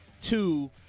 two